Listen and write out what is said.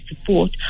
support